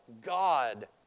God